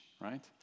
right